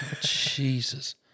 Jesus